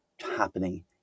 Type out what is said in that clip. happening